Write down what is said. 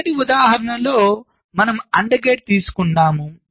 మొదటి ఉదాహరణలో లో మనము AND గేట్ తీసుకుంటాము